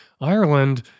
Ireland